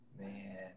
Man